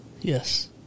Yes